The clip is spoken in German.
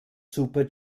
super